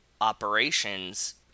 operations